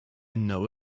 know